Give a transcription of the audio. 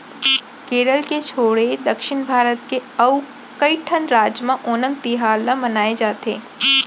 केरल के छोरे दक्छिन भारत के अउ कइठन राज म ओनम तिहार ल मनाए जाथे